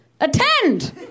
attend